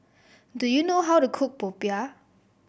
do you know how to cook popiah